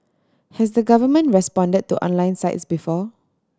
has the government responded to online sites before